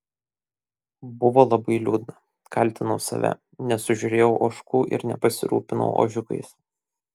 buvo labai liūdna kaltinau save nesužiūrėjau ožkų ir nepasirūpinau ožiukais